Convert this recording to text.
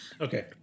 Okay